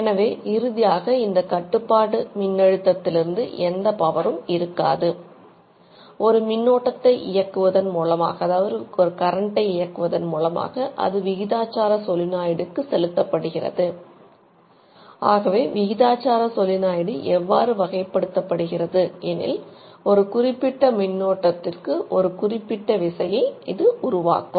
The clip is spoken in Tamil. எனவே இறுதியாக இந்த கட்டுப்பாட்டு மின்னழுத்தத்திலிருந்து எந்த பவரும் இது உருவாக்கும்